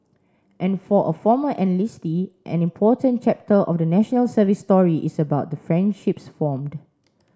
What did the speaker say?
and for a former enlistee an important chapter of the National Service story is about the friendships formed